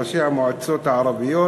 ראשי המועצות הערביות